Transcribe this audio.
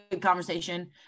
conversation